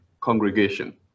congregation